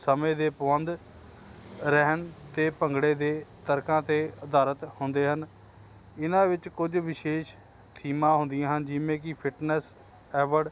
ਸਮੇਂ ਦੇ ਪਾਬੰਦ ਰਹਿਣ ਅਤੇ ਭੰਗੜੇ ਦੇ ਤਰਕਾਂ 'ਤੇ ਅਧਾਰਤ ਹੁੰਦੇ ਹਨ ਇਹਨਾਂ ਵਿੱਚ ਕੁਝ ਵਿਸ਼ੇਸ਼ ਸੀਮਾ ਹੁੰਦੀਆਂ ਹਨ ਜਿਵੇਂ ਕਿ ਫਿਟਨੈਸ ਐਵਰਡ